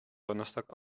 donnerstag